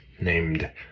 Named